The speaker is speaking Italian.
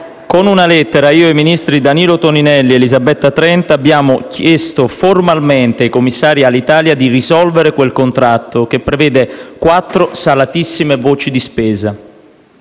Con una lettera, io e i ministri Danilo Toninelli ed Elisabetta Trenta abbiamo chiesto formalmente ai commissari Alitalia di risolvere quel contratto, che prevede quattro salatissime voci di spesa: